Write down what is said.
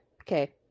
okay